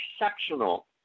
exceptional